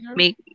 make